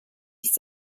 ist